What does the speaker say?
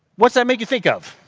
what does that make you think of